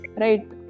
right